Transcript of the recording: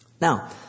Now